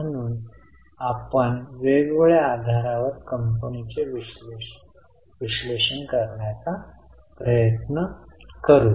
म्हणून आपण वेगवेगळ्या आधारावर कंपनीचे विश्लेषण करण्याचा प्रयत्न करू